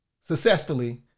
successfully